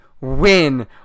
win